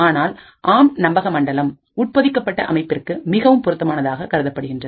ஆனால் ஆம் நம்பகமண்டலம் உட்பொதிக்கப்பட்ட அமைப்பிற்கு மிகவும் பொருத்தமானதாக கருதப்படுகின்றது